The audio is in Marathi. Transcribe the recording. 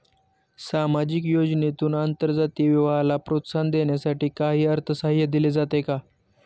सामाजिक योजनेतून आंतरजातीय विवाहाला प्रोत्साहन देण्यासाठी काही अर्थसहाय्य दिले जाते का?